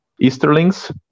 Easterlings